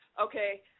okay